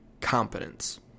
competence